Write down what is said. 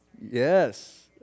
yes